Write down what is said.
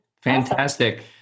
fantastic